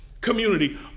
community